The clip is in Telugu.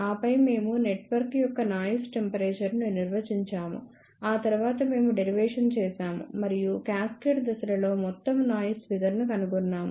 ఆపై మేము నెట్వర్క్ యొక్క నాయిస్ టెంపరేచర్ ను నిర్వచించాము ఆ తర్వాత మేము డెరివేషన్ చేసాము మరియు క్యాస్కేడ్ దశల లో మొత్తం నాయిస్ ఫిగర్ ను కనుగొన్నాము